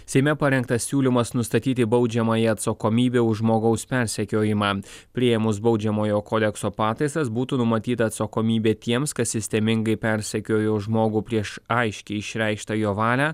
seime parengtas siūlymas nustatyti baudžiamąją atsakomybę už žmogaus persekiojimą priėmus baudžiamojo kodekso pataisas būtų numatyta atsakomybė tiems kas sistemingai persekiojo žmogų prieš aiškiai išreikštą jo valią